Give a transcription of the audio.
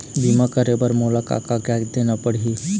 बीमा करे बर मोला का कागजात देना पड़ही?